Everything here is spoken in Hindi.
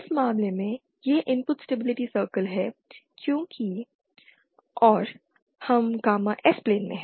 इस मामले में यह इनपुट स्टेबिलिटी सर्कल है क्योंकि और हम गामा S प्लेन में हैं